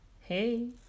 hey